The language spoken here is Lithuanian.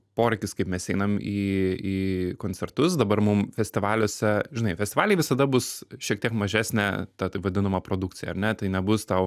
poreikis kaip mes einam į į koncertus dabar mum festivaliuose žinai festivaliai visada bus šiek tiek mažesnė ta taip vadinama produkcija ar ne tai nebus tau